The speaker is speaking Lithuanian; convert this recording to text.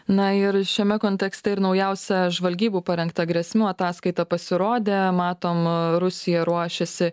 na ir šiame kontekste ir naujausia žvalgybų parengta grėsmių ataskaita pasirodė matom rusija ruošiasi